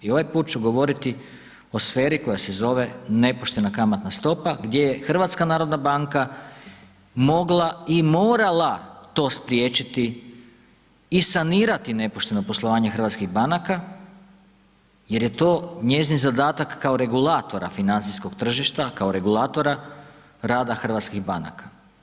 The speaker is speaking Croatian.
I ovaj put ću govoriti o sferi koja se zove nepoštena kamatna stopa gdje je HNB mogla i morala to spriječiti i sanirati nepošteno poslovanje hrvatskih banka jer je to njezin zadatak kao regulatora financijskog tržišta, kao regulatora rada hrvatskih banaka.